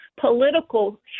political